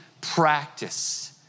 practice